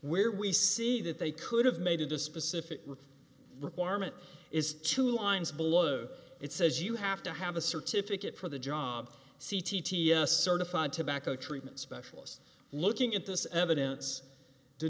where we see that they could have made it to specific requirement is two lines below it says you have to have a certificate for the job c t s certified tobacco treatment specialist looking at this evidence to